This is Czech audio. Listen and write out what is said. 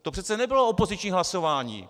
To přece nebylo opoziční hlasování.